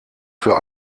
für